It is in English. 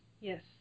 yes